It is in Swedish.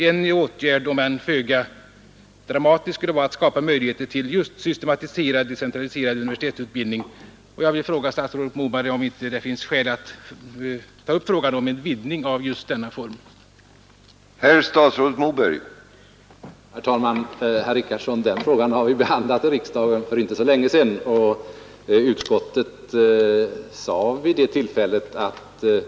En åtgärd, om än föga dramatisk, skulle vara att skapa möjligheter till Jag vill fråga statsrådet Moberg, om det inte med hänsyn till de båda aspekter jag här anfört finns skäl att ta upp frågan om en vidgning av just denna form av postgymnasial utbildning.